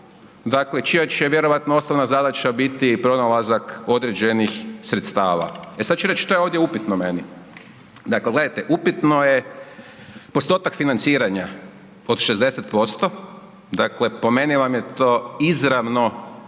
dakle, čija će vjerojatno osnovna zadaća biti pronalazak određenih sredstava. E sad ću reći što je ovdje upitno meni. Dakle, gledajte, upitno je postotak financiranja od 60%, dakle po meni vam je to izravno,